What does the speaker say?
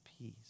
peace